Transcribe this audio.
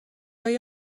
های